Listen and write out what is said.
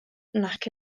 nac